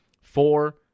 four